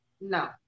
No